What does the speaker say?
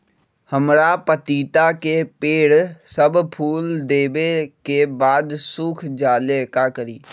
हमरा पतिता के पेड़ सब फुल देबे के बाद सुख जाले का करी?